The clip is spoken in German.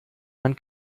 man